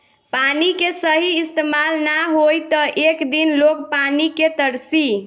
पानी के सही इस्तमाल ना होई त एक दिन लोग पानी के तरसी